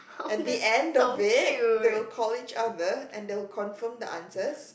at the end of it they will call each other and they will confirm the answers